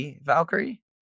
Valkyrie